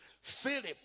Philip